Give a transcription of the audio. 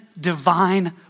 divine